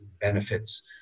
benefits